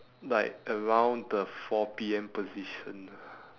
like around the four P_M position